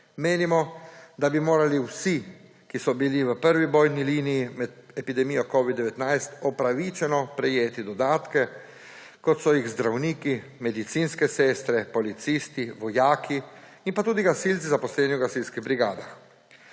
Menimo, da bi morali vsi, ki so bili v prvi bojni liniji med epidemijo covid-19, upravičeno prejeti dodatke, kot so jih zdravniki, medicinske sestre, policisti, vojaki in pa tudi gasilci, zaposleni v gasilskih brigadah.